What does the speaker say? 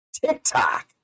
TikTok